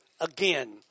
again